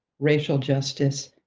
racial justice,